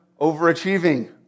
overachieving